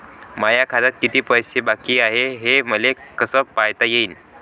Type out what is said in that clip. माया खात्यात कितीक पैसे बाकी हाय हे मले कस पायता येईन?